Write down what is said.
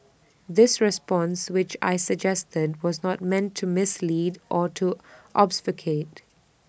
this response which I suggested then was not meant to mislead or to obfuscate